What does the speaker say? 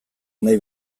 nahi